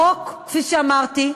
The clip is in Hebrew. החוק, כפי שאמרתי,